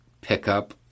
pickup